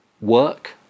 work